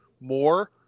more